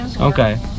Okay